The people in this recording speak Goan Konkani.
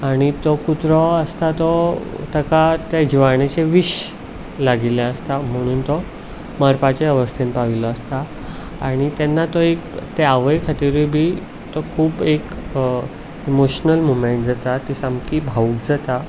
आनी तो कुत्रो आसता तो ताका त्या जिवाण्याचें विश लागिल्लें आसता म्हणून तो मरपाचे अवस्थेन पाविल्लो आसता आनी तेन्ना तो एक ते आवय खातीरूय बी तो खूब एक इमोशन्ल मॉमेंट जाता ती सामकी भावूक जाता